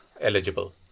eligible